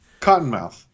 Cottonmouth